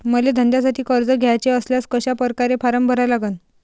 मले धंद्यासाठी कर्ज घ्याचे असल्यास कशा परकारे फारम भरा लागन?